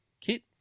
kit